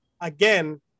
Again